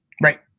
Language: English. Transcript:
Right